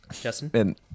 justin